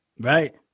Right